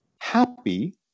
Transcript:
happy